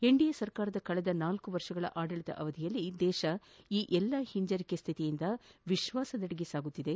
NDA ಸರ್ಕಾರದ ಕಳೆದ ನಾಲ್ಲು ವರ್ಷಗಳ ಆಡಳಿತ ಅವಧಿಯಲ್ಲಿ ದೇಶವು ಈ ಎಲ್ಲ ಹಿಂಜರಿಕೆ ಸ್ಥಿತಿಯಿಂದ ವಿಶ್ವಾಸದೆಡೆಗೆ ಸಾಗುತ್ತಿದೆ